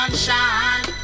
Sunshine